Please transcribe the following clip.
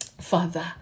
Father